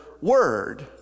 word